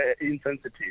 insensitive